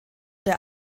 der